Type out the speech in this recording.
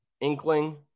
inkling